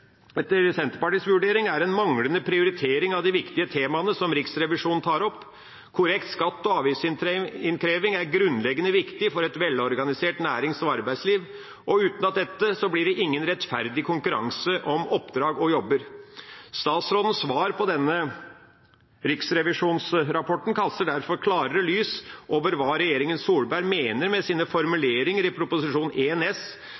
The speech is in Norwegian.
etter Senterpartiets vurdering er en manglende prioritering av de viktige temaene som Riksrevisjonen tar opp. Korrekt skatte- og avgiftsinnkreving er grunnleggende viktig for et velorganisert nærings- og arbeidsliv, og uten dette blir det ingen rettferdig konkurranse om oppdrag og jobber. Statsrådens svar på denne rapporten fra Riksrevisjonen kaster derfor klarere lys over hva regjeringa Solberg mener med sine formuleringer i Prop. 1 S